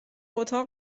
اتاق